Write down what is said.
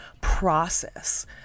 process